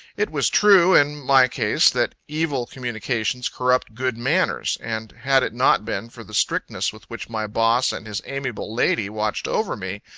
it was true in my case, that evil communications corrupt good manners and had it not been for the strictness with which my boss and his amiable lady watched over me,